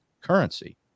currency